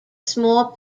small